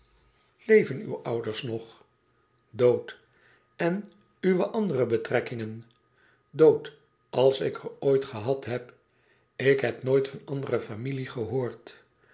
leven uwe ouders nog dood n uwe andere betrekkingen dood als ik er ooit gehad heb ik heb nooit van andere familie gehoord